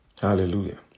Hallelujah